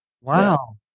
wow